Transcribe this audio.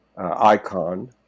Icon